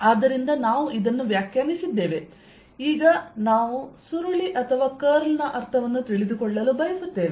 ಆದ್ದರಿಂದ ನಾವು ಇದನ್ನು ವ್ಯಾಖ್ಯಾನಿಸಿದ್ದೇವೆ ಈಗ ನಾವು ಸುರುಳಿ ಅಥವಾ ಕರ್ಲ್ ನ ಅರ್ಥವನ್ನು ತಿಳಿದುಕೊಳ್ಳಲು ಬಯಸುತ್ತೇವೆ